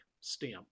stamp